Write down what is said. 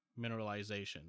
mineralization